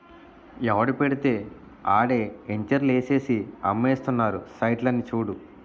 ఎవడు పెడితే ఆడే ఎంచర్లు ఏసేసి అమ్మేస్తున్నారురా సైట్లని చూడు